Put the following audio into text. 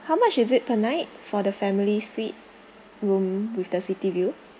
how much is it per night for the family suite room with the city view